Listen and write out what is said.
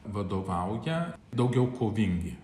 vadovauja daugiau kovingi